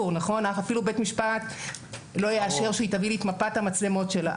אפילו בית המשפט לא יאשר שהיא תביא לי את מפת המצלמות שלה,